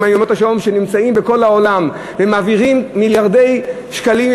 שנמצאים בכל העולם ומעבירים מיליארדי שקלים,